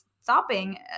stopping